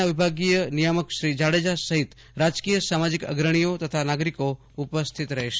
ના વિભાગીય નિયામક શ્રી જાકેજા સહિત રાજકિય સામાજિક અગ્રણીઓ તથા નાગરીકો ઉપસ્થીત રહેશે